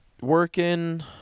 working